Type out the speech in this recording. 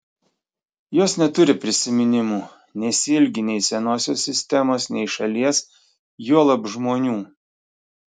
jos neturi prisiminimų nesiilgi nei senosios sistemos nei šalies juolab žmonių